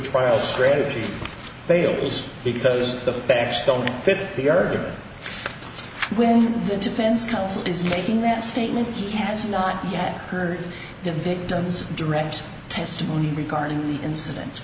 trial strategy failed is because the facts don't fit the area where the defense counsel is making that statement he has not yet heard the victim's direct testimony regarding the incident